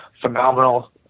phenomenal